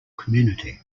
community